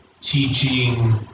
teaching